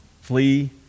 Flee